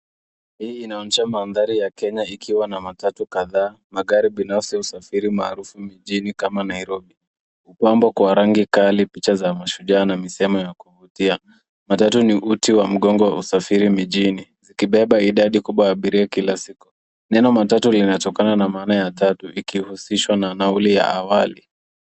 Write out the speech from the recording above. Hii inaonyesha mandhari ya Kenya ikiwa na matatu kadhaa, magari binafsi ya usafiri maarufu mijini kama Nairobi, upambo kwa rangi kali, picha za mashujaa na misemo ya kuvutia. Matatu ni uti wa mgongo wa usafiri mijini, zikibeba idadi kubwa ya abiria kila siku. Neno matatu linatokana na maana ya tatu ikihusishwa na nauli ya awali.